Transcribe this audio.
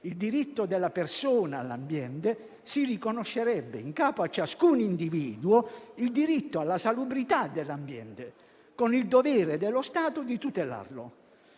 il diritto della persona all'ambiente, si riconoscerebbe in capo a ciascun individuo il diritto alla salubrità dell'ambiente, con il dovere dello Stato di tutelarlo.